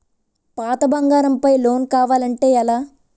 పాత బంగారం పై లోన్ కావాలి అంటే ఎలా?